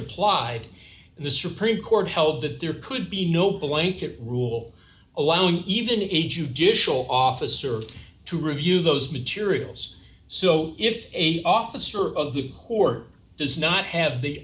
applied in the supreme court held that there could be no blanket rule allowing even a judicial officer to review those materials so if a officer of the court does not have the